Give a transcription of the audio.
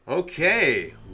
Okay